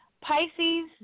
Pisces